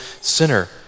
sinner